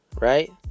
Right